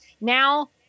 Now